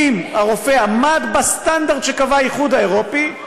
אם הרופא עמד בסטנדרט שקבע האיחוד האירופי,